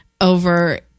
over